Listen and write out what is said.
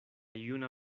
juna